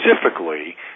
specifically